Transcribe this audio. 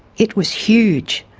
it was huge,